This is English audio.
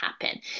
happen